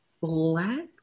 black